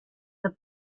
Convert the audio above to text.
the